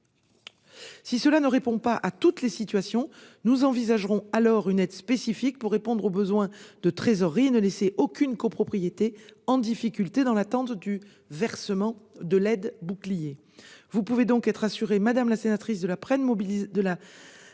Si cela ne répond pas à toutes les situations, nous envisagerons alors une aide spécifique pour répondre aux besoins de trésorerie, et éviter ainsi de laisser des copropriétés en difficulté dans l'attente du versement de l'aide bouclier. Vous pouvez être assurée, madame la sénatrice, de l'entière